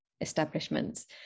establishments